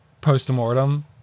post-mortem